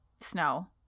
snow